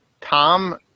Tom